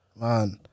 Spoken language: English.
man